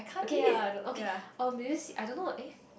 okay ya lah okay do you see I don't know eh